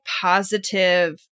positive